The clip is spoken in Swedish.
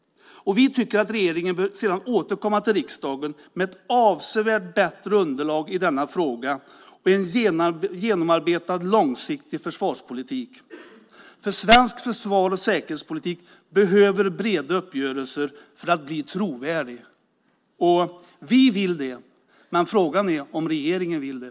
Vi tycker att regeringen sedan bör återkomma till riksdagen med avsevärt bättre underlag i denna fråga och en genomarbetad långsiktig försvarspolitik. Svenskt försvar och säkerhetspolitik behöver breda uppgörelser för att bli trovärdiga. Vi vill det, men frågan är om regeringen vill det.